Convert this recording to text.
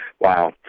Wow